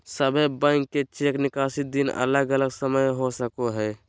सभे बैंक के चेक निकासी दिन अलग अलग समय हो सको हय